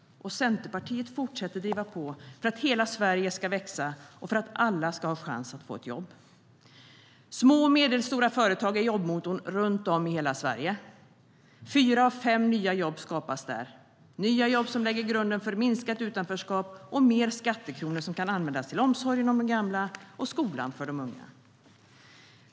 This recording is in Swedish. Centerpartiet fortsätter driva på för att hela Sverige ska växa och för att alla ska ha chans att få ett jobb. Små och medelstora företag är jobbmotorn runt om i hela Sverige. Fyra av fem nya jobb skapas där, nya jobb som lägger grunden för ett minskat utanförskap och mer skattekronor som kan användas till omsorgen om de gamla och till skolan för de unga.